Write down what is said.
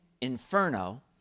Inferno